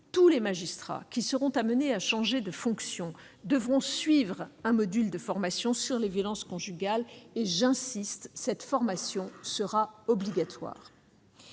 tous les magistrats qui seront amenés à changer de fonction devront suivre un module de formation sur les violences conjugales -j'y insiste, cette formation sera obligatoire.